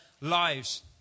lives